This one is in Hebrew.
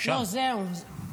הוא שם.